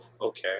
okay